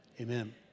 amen